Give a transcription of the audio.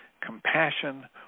compassion